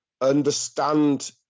understand